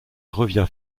revient